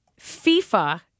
FIFA